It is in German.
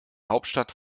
hauptstadt